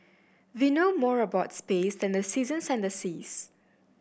we know more about space than the seasons and the seas